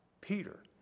Peter